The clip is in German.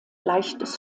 leichtes